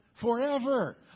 forever